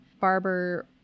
barber